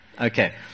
Okay